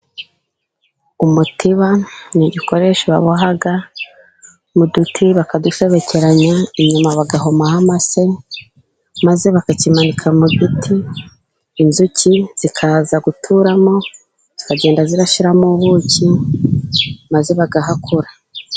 Umutiba ni igikoresho baboha mu duti, bakadusobekeranya inyuma bagahomaho amase, maze bakakimanika mu giti inzuki zikaza guturamo, zikagenda zishyiramo ubuki maze bagahakura.